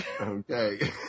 Okay